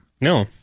No